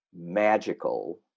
magical